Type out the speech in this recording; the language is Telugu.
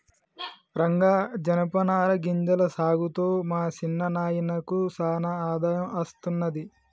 రంగా జనపనార గింజల సాగుతో మా సిన్న నాయినకు సానా ఆదాయం అస్తున్నది